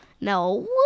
No